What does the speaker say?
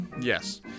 Yes